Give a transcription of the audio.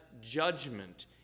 judgment